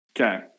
Okay